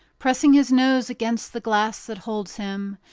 pressing his nose against the glass that holds him,